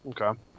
Okay